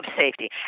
safety